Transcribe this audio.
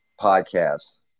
podcast